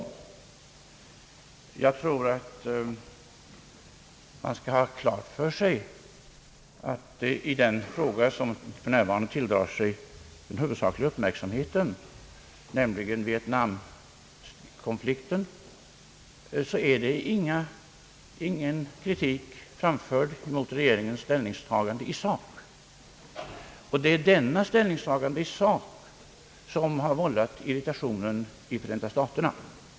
Jag tror att man skall ha klart för sig att i den fråga som för närvarande tilldrar sig den huvudsakliga uppmärksamheten, nämligen vietnamkonflikten, har ingen kritik riktats mot regeringens ställningstagande i sak. Och det är detta ställningstagande i sak som har vållat irritationen i Förenta staterna.